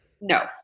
No